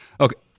Okay